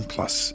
Plus